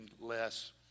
less